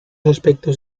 aspectos